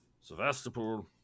Sevastopol